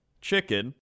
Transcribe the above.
chicken